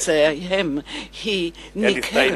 וצאצאיהם היא ניכרת.